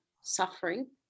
suffering